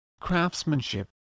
craftsmanship